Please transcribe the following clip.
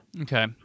Okay